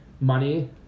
money